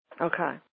Okay